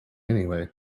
anyway